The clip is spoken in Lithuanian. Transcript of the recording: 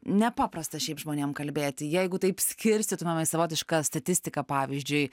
nepaprasta šiaip žmonėm kalbėti jeigu taip skirstytumėm į savotišką statistiką pavyzdžiui